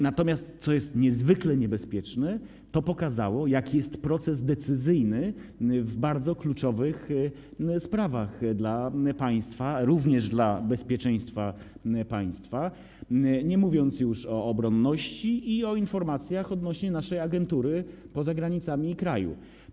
Natomiast, co jest niezwykle niebezpieczne, to pokazało, jaki jest proces decyzyjny w bardzo kluczowych sprawach dla państwa, również dla bezpieczeństwa państwa, nie mówiąc już o obronności i o informacjach odnośnie do naszej agentury poza granicami kraju.